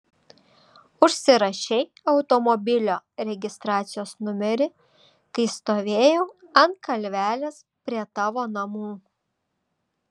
užsirašei automobilio registracijos numerį kai stovėjau ant kalvelės prie tavo namų